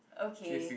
okay